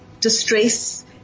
distress